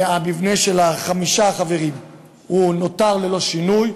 המבנה של חמישה חברים נותר ללא שינוי.